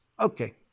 Okay